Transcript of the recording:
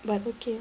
but okay